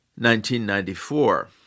1994